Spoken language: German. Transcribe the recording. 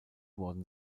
worden